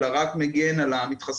אלא רק מגן על המתחסן.